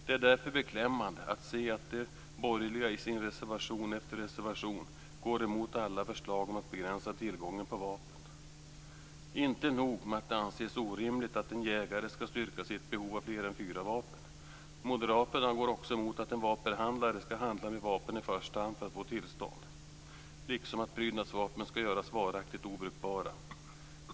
Det är därför beklämmande att se att de borgerliga i reservation efter reservation går emot alla förslag om att begränsa tillgången på vapen. Inte nog med att det anses orimligt att en jägare ska styrka sitt behov av fler än fyra vapen. Moderaterna går också emot att en vapenhandlare ska handla med vapen i första hand för att få tillstånd, liksom att prydnadsvapen ska göras varaktigt obrukbara.